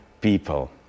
people